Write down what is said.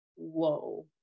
whoa